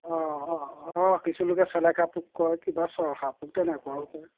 অ অ অ অ অ কিছুলোকে চেলেকা পোক কয় কিবা চৰহাপোক তেনেকুৱাও কয়